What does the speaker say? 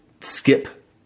skip